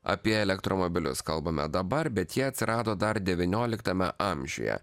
apie elektromobilius kalbame dabar bet jie atsirado dar devynioliktame amžiuje